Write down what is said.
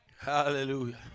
Hallelujah